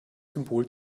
symbol